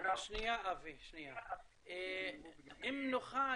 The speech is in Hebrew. אם נוכל